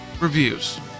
reviews